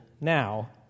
Now